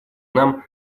нам